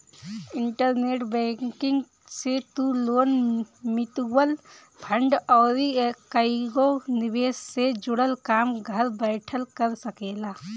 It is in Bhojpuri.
इंटरनेट बैंकिंग से तू लोन, मितुअल फंड अउरी कईगो निवेश से जुड़ल काम घर बैठल कर सकेला